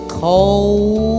cold